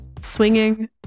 swinging